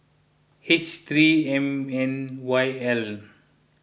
H three M N Y L